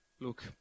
Look